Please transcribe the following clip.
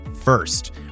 first